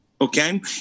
okay